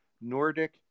Nordic